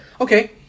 Okay